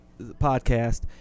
podcast